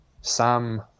sam